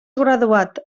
graduat